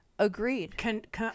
Agreed